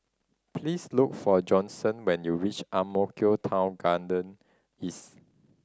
please look for Johnson when you reach Ang Mo Kio Town Garden East